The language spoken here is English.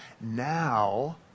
now